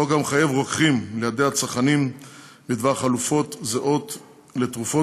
חוק המחייב רוקחים ליידע צרכנים בדבר חלופות זהות לתרופות